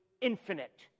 infinite